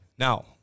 Now